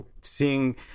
seeing